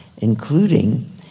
including